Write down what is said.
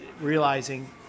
realizing